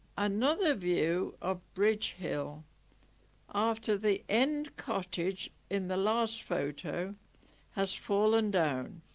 another view of bridge hill after the end cottage in the last photo has fallen down